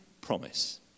promise